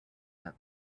that